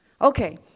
Okay